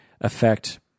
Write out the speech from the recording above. affect